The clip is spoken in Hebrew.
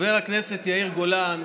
חבר הכנסת יאיר גולן,